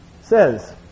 says